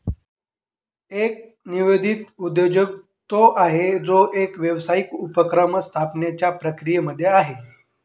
एक नवोदित उद्योजक तो आहे, जो एक व्यावसायिक उपक्रम स्थापण्याच्या प्रक्रियेमध्ये आहे